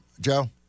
Joe